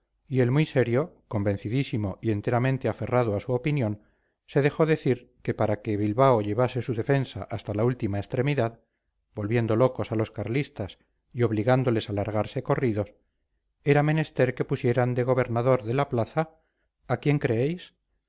y él muy serio convencidísimo y enteramente aferrado a su opinión se dejó decir que para que bilbao llevase su defensa hasta la última extremidad volviendo locos a los carlistas y obligándoles a largarse corridos era menester que pusieran de gobernador de la plaza a quién creéis